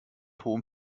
hohem